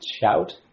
Shout